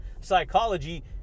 psychology